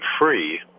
free